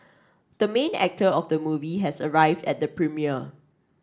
the main actor of the movie has arrived at the premiere